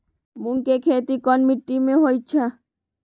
मूँग के खेती कौन मीटी मे होईछ?